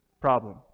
problem